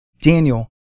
Daniel